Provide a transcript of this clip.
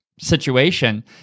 situation